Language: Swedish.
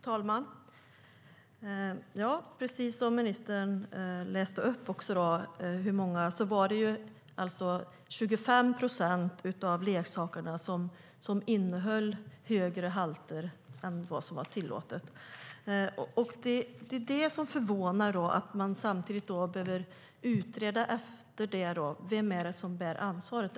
Herr talman! Precis som ministern läste upp innehöll 25 procent av leksakerna högre halter än vad som var tillåtet. Det som förvånar är att man efter det behöver utreda vem som bär ansvaret.